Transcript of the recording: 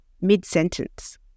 mid-sentence